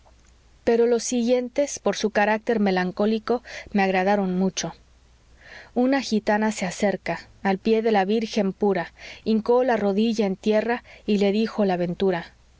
pero los siguientes por su carácter melancólico me agradaron mucho una gitana se acerca al pie de la virgen pura hincó la rodilla en tierra y le dijo la ventura